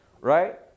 right